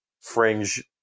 fringe